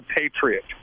patriot